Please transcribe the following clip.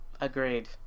agreed